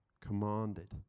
commanded